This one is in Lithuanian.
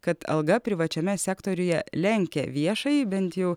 kad alga privačiame sektoriuje lenkia viešąjį bent jau